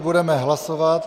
Budeme hlasovat.